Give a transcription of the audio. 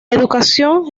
educación